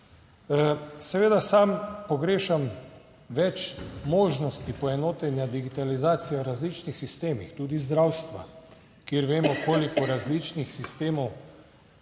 Seveda sam pogrešam več možnosti poenotenja digitalizacije v različnih sistemih, tudi zdravstva, kjer vemo, koliko različnih sistemov